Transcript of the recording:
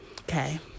Okay